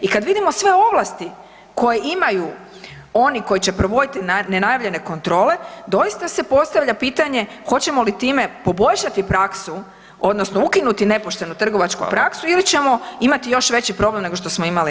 I kad vidimo sve ovlasti koje imaju oni koji će provodit nenajavljene kontrole doista se postavlja pitanje hoćemo li time poboljšati praksu odnosno ukinuti nepoštenu trgovačku praksu ili ćemo imati još veći problem nego što smo imali